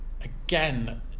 again